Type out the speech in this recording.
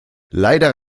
leider